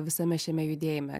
visame šiame judėjime